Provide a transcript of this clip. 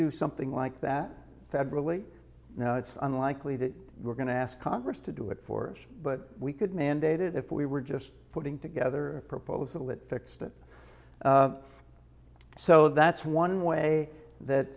do something like that federally now it's unlikely that we're going to ask congress to do it for us but we could mandated if we were just putting together a proposal that fixed it so that's one way that